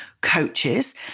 coaches